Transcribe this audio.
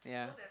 yeah